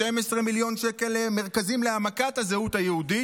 12 מיליון שקל למרכזים להעמקת הזהות היהודית.